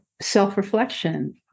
self-reflection